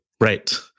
Right